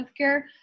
healthcare